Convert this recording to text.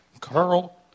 Carl